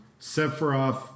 Sephiroth